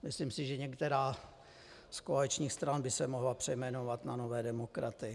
Myslím si, že některá z koaličních stran by se mohla přejmenovat na Nové demokraty.